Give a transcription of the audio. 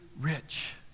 rich